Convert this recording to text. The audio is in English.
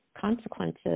consequences